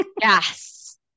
Yes